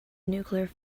nuclear